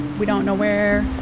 we don't know where.